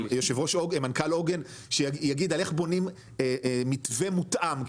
מנכ"ל עוגן שיגיד על איך בונים מתווה מותאם,